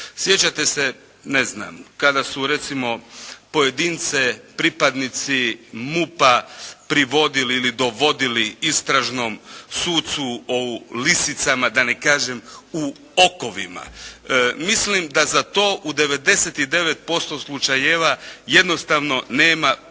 Sjećate se, ne znam, kada su recimo pojedince, pripadnici MUP-a privodili ili dovodili istražnom sucu u lisicama, da ne kažem u okovima. Mislim da za to u 99% slučajeva jednostavno nema potrebe.